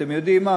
ואתם יודעים מה?